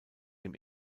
dem